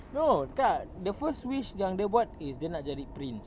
no tak the first wish yang dia buat is dia nak jadi prince